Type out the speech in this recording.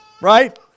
Right